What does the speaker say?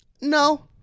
No